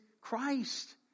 Christ